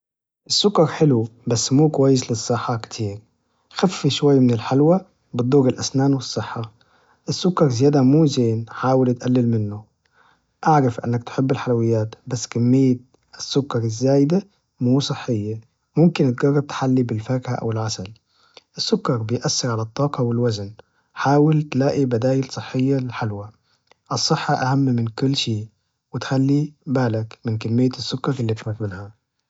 السكر حلو بس مو كويس للصحة كتير، خفي شوي من الحلوى بضر الأسنان والصحة، السكر زيادة مو زين حاول تقلل منه، أعرف إنك تحب الحلويات بس كمية السكر الزايدة مو صحية، ممكن تجرب تحلي بالفاكهة أو العسل، السكر بيأثر على الطاقة والوزن حاول تلاقي بدايل صحية للحلوى، الصحة أهم من كل شي وتخلي بالك من كمية السكر إللي بتاكلها.